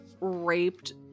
raped